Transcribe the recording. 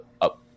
up